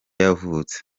yavutse